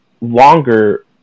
longer